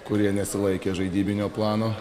kurie nesilaikė žaidybinio plano